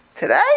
Today